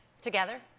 together